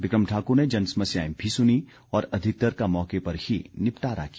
बिक्रम ठाकुर ने जनसमस्याएं भी सुनीं और अधिकतर का मौके पर ही निपटारा किया